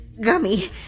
Gummy